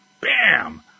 bam